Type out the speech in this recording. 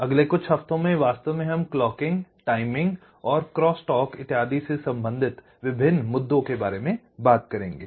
अब अगले कुछ हफ्तों में वास्तव में हम क्लॉकिंग टाइमिंग और क्रॉस टॉक इत्यादि से संबंधित विभिन्न मुद्दों के बारे में बात करेंगे